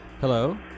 Hello